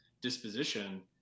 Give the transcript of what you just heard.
disposition